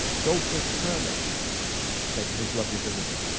goldsmith's hermit said to his lovely visiter